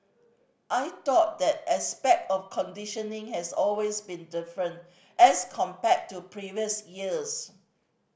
I thought the aspect of conditioning has always been different as compared to previous years